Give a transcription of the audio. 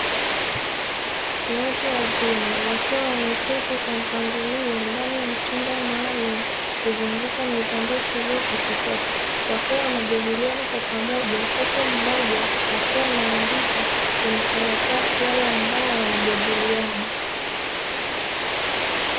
Watu wazima, wakiwa wameketi kwa mpangilio ndani ya chumba maalumu kuzunguka meza ndefu iliyo katikati, wakiwa wanajadiliana kwa pamoja, huku mmoja akiwa anaandika kwenye karatasi yale ambayo wanajadiliana.